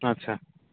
अच्छा